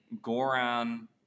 Goran